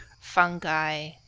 fungi